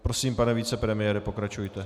Prosím, pane vicepremiére, pokračujte.